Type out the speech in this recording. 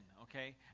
okay